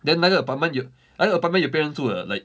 then 那个 apartment 有那个 apartment 有别人住的 like